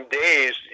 days